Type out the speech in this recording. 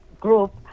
group